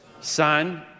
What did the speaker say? Son